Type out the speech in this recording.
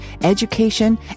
education